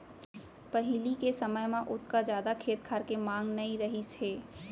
पहिली के समय म ओतका जादा खेत खार के मांग नइ रहिस हे